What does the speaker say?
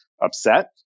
upset